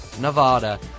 Nevada